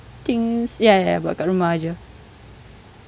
think ya ya buat dekat rumah dia